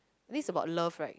this's about love right